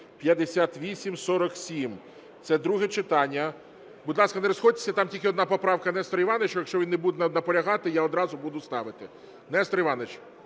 5847, це друге читання. Будь ласка, не розходьтеся, там тільки одна поправка Нестора Івановича. Якщо він не буде наполягати, я одразу буду ставити. Нестор Іванович,